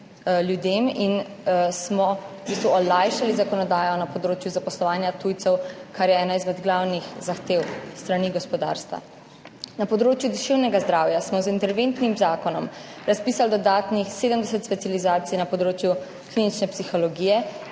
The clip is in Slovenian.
bistvu olajšali zakonodajo na področju zaposlovanja tujcev, kar je ena izmed glavnih zahtev s strani gospodarstva. Na področju duševnega zdravja smo z interventnim zakonom razpisali dodatnih 70 specializacij na področju klinične psihologije